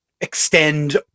extend